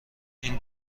این